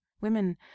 Women